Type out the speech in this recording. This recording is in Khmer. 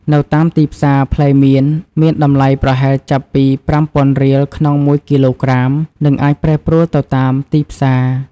នៅតាមទីផ្សារផ្លែមៀន មានតម្លៃប្រហែលចាប់ពីប្រាំំពាន់រៀលក្នុងមួយគីឡូក្រាម និងអាចប្រែប្រួលទៅតាមទីផ្សារ។